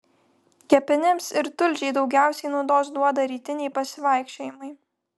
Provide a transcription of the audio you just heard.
kepenims ir tulžiai daugiausiai naudos duoda rytiniai pasivaikščiojimai